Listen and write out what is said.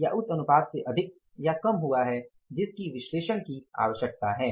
या उस अनुपात से अधिक या कम हुआ है जिसकी विश्लेषण की आवश्यकता है